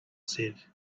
said